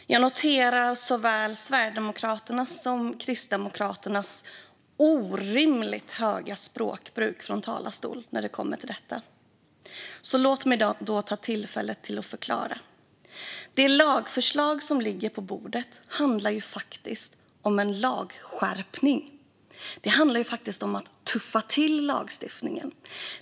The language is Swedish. Fru talman! Jag noterar såväl Sverigedemokraternas som Kristdemokraternas orimligt höga språk i talarstolen när det gäller detta. Låt mig ta tillfället i akt att förklara. Det lagförslag som ligger på bordet handlar faktiskt om en lagskärpning. Det handlar om att tuffa till lagstiftningen.